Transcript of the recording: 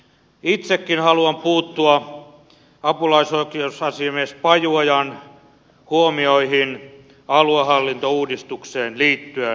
itsekin haluan puuttua apulaisoikeusasiamies pajuojan huomioihin aluehallintouudistukseen liittyen